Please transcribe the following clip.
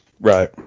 Right